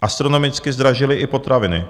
Astronomicky zdražily i potraviny.